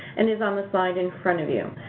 and is on the slide in front of you.